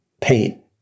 pain